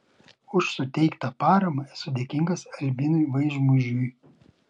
už suteiktą paramą esu dėkingas albinui vaižmužiui